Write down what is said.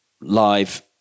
live